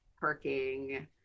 parking